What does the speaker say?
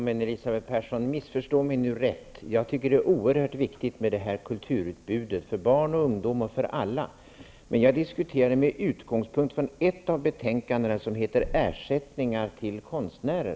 Herr talman! Missförstå mig rätt, Elisabeth Persson, när jag säger att jag tycker att det är oerhört viktigt med ett kulturutbud både för barn och ungdom och för alla andra. Men jag diskuterar med utgångspunkt i ett av betänkandena, nämligen det som har titeln Ersättningar och bidrag till konstnärer.